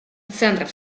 центров